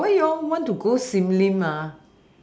but you all want to go sim-lim